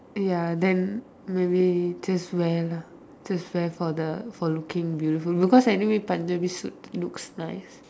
ya then maybe just wear lah just wear for the for looking beautiful because anyway Punjabi suit looks nice